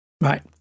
Right